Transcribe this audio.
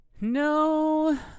No